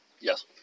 yes